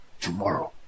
tomorrow